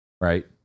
Right